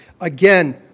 Again